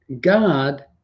God